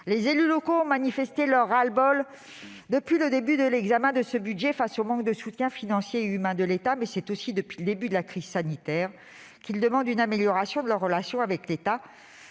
Les élus locaux ont manifesté leur ras-le-bol depuis le début de l'examen de ce budget, face au manque de soutien financier et humain de l'État. Mais, depuis le début de la crise sanitaire, ils demandent aussi une amélioration de leurs relations avec l'État.